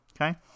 Okay